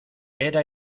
era